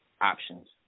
options